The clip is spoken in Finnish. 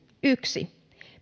yksi